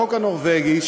החוק הנורבגי,